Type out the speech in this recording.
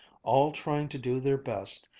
all trying to do their best,